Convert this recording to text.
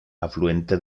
afluente